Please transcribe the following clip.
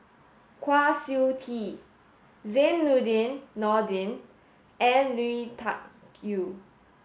Kwa Siew Tee Zainudin Nordin and Lui Tuck Yew